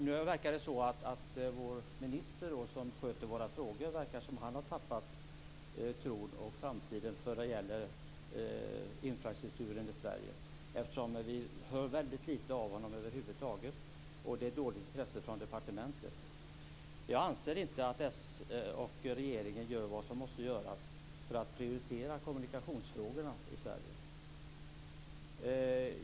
Nu verkar det som om vår minister som sköter våra frågor har tappat framtidstron när det gäller infrastrukturen i Sverige. Vi hör väldigt lite av honom över huvud taget och det är ett dåligt intresse från departementet. Jag anser inte att s och regeringen gör vad som måste göras för att vi ska prioritera kommunikationsfrågorna i Sverige.